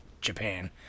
Japan